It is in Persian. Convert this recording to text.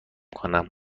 کنم